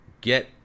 get